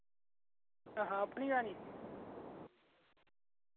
अच्छा अपनी लेआनी